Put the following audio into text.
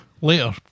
later